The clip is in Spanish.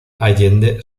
allende